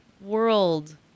world